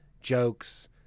jokes